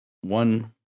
one